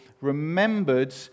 remembered